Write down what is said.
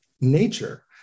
nature